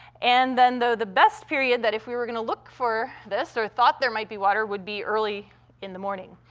and then the best period that, if we were gonna look for this or thought there might be water, would be early in the morning.